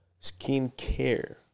skincare